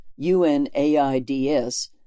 UNAIDS